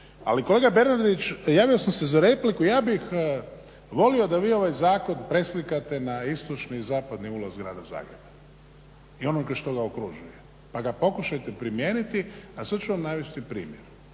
Ali kolega Bernardić, javio sam se za repliku. Ja bih volio da vi ovaj zakon preslikate na istočni i zapadni ulaz grada Zagreba i ono što nas okružuje pa ga pokušate primijeniti a sad ću vam navesti primjer.